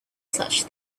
such